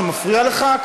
שמפריע לך?